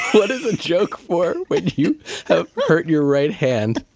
what is a joke for when you have hurt your right hand?